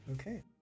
Okay